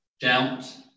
doubt